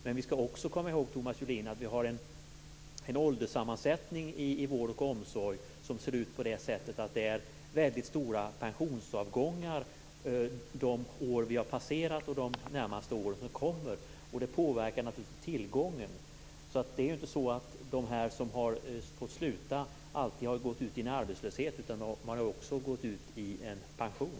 Men vi skall också komma ihåg, Thomas Julin, att vi har en ålderssammansättning inom vård och omsorg där det varit väldigt stora pensionsavgångar de år vi passerat och kommer att vara det under de närmaste år som kommer. Det påverkar naturligtvis tillgången. Det är inte så att de som har fått sluta alltid har gått ut i en arbetslöshet. De har också gått till en pension.